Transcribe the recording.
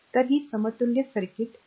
तर ही समतुल्य सर्किट आहे